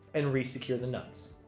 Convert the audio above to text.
and re-secure the nuts.